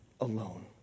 alone